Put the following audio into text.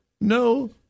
no